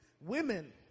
Women